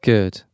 Good